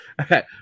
okay